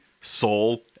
soul